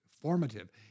formative